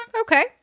Okay